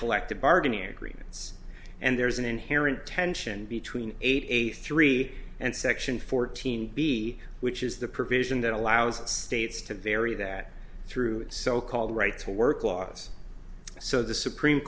collective bargaining agreements and there's an inherent tension between eighty three and section fourteen b which is the provision that allows states to vary that through so called right to work laws so the supreme